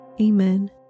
Amen